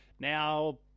Now